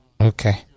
okay